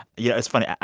yeah, it's funny.